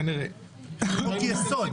כנראה --- חוקי-יסוד,